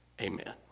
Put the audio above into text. Amen